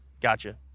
Gotcha